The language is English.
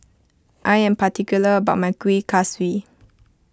I am particular about my Kuih Kaswi